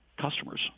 customers